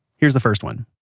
here's the first one.